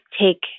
take